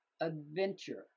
Adventure